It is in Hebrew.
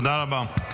תודה רבה.